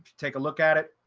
take a look at it.